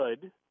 good